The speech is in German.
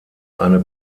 eine